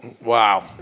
Wow